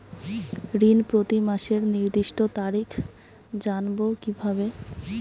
ঋণ প্রতিমাসের নির্দিষ্ট তারিখ জানবো কিভাবে?